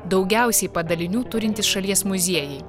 daugiausiai padalinių turintys šalies muziejai